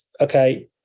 Okay